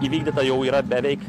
įvykdyta jau yra beveik